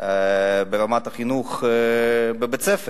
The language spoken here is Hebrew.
ברמת החינוך בבית-ספר.